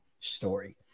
story